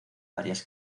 varias